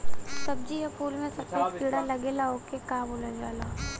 सब्ज़ी या फुल में सफेद कीड़ा लगेला ओके का बोलल जाला?